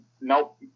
Nope